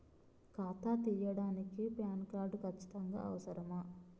ఖాతా తీయడానికి PAN card ఖచ్చితంగా అవసరమా?